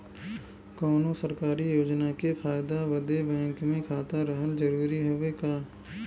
कौनो सरकारी योजना के फायदा बदे बैंक मे खाता रहल जरूरी हवे का?